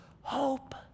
hope